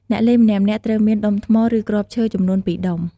អ្នកលេងម្នាក់ៗត្រូវមាន ដុំថ្ម (ឬគ្រាប់ឈើ) ចំនួន ២ ដុំ។